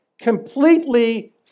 completely